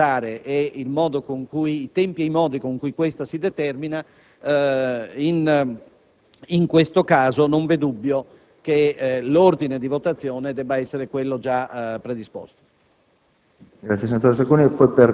l'iniziativa parlamentare e i tempi e i modi con cui questa si determina), in questo caso non vi è dubbio che l'ordine di votazione debba essere quello già predisposto.